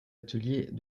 ateliers